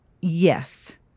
Yes